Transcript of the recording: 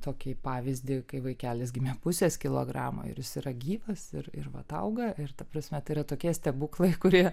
tokį pavyzdį kai vaikelis gimė pusės kilogramo ir jis yra gyvas ir ir vat auga ir ta prasme tai yra tokie stebuklai kurie